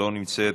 לא נמצאת,